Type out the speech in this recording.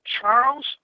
Charles